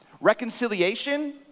Reconciliation